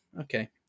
okay